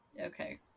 Okay